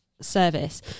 Service